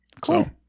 cool